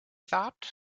thought